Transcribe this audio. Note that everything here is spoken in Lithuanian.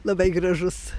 labai gražus